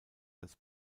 das